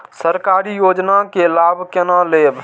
सरकारी योजना के लाभ केना लेब?